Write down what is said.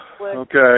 Okay